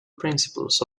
principles